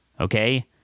okay